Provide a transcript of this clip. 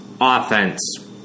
offense